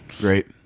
great